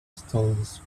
stalls